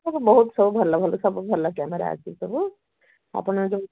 ବହୁତ ସବୁ ଭଲ ଭଲ ସବୁ ଭଲ କ୍ୟାମେରା ଅଛି ସବୁ ଆପଣ ଯେଉଁ